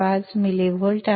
0135 millivolt आहे